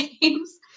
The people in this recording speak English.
games